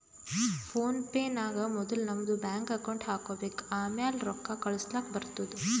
phone pay ನಾಗ್ ಮೊದುಲ್ ನಮ್ದು ಬ್ಯಾಂಕ್ ಅಕೌಂಟ್ ಹಾಕೊಬೇಕ್ ಆಮ್ಯಾಲ ರೊಕ್ಕಾ ಕಳುಸ್ಲಾಕ್ ಬರ್ತುದ್